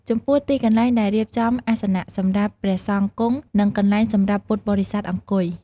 ចំពោះទីកន្លែងដែលរៀបចំអាសនៈសម្រាប់ព្រះសង្ឃគង់ និងកន្លែងសម្រាប់ពុទ្ធបរិស័ទអង្គុយ។